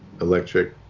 Electric